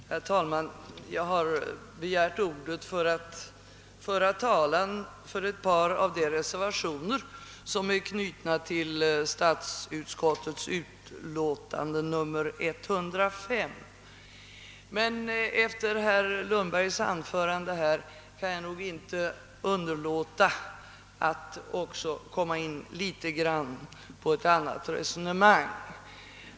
Herr talman! Jag har begärt ordet för att tala för ett par av de reservationer som är knutna till statsutskottets utlåtande nr 105. Efter herr Lundbergs anförande kan jag dock inte underlåta att också komma in litet grand på ett annat resonemang.